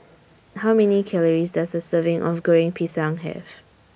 How Many Calories Does A Serving of Goreng Pisang Have